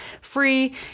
free